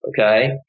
okay